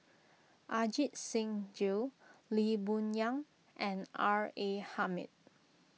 Ajit Singh Gill Lee Boon Yang and R A Hamid